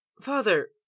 father